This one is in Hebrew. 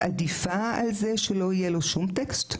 עדיפה על זה שלא יהיה לו שום טקסט?